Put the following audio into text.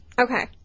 Okay